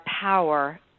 power